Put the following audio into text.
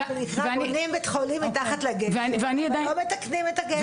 בונים בית חולים מתחת לגשר ולא מתקנים את הגשר.